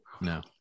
no